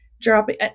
dropping